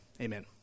amen